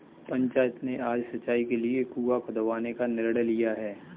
पंचायत ने आज सिंचाई के लिए कुआं खुदवाने का निर्णय लिया है